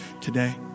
today